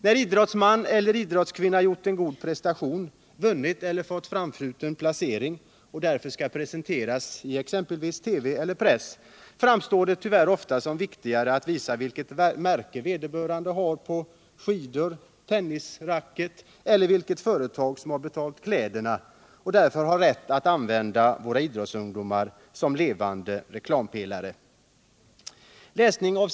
När en idrottsman eller en idrottskvinna gjort en god prestation, vunnit eller fått en framskjuten placering och därför skall presenteras i exempelvis TV eller press, är det tyvärr ofta viktigare att visa vilket märke vederbörande har på skidor eller tennisracket eller visa vilket företag som har betalat kläderna och därför har rätt att använda idrottsmannen som levande reklampelare.